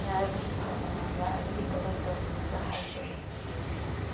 ꯌꯥꯔꯒꯗꯤ ꯌꯥꯔꯒꯗꯤ ꯀꯜꯂꯦꯛ ꯇꯧꯕꯤꯅꯕ ꯍꯥꯏꯖꯔꯤ